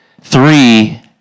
three